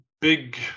big